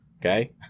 Okay